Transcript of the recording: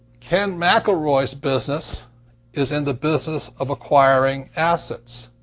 ken mcelroy's business is in the business of acquiring assets.